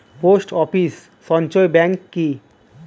Post office সঞ্চয় bank কি?